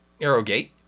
Arrowgate